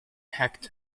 hacked